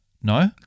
no